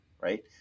Right